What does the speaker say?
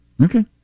Okay